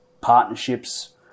partnerships